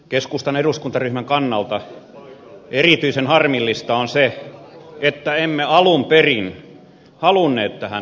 keskustan eduskuntaryhmän kannalta erityisen harmillista on se että emme alun perin halunneet tähän veneeseen